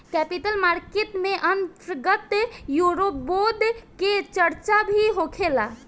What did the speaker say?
capital market के अंतर्गत eurobond के चार्चा भी होखेला